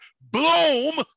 bloom